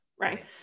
Right